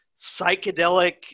psychedelic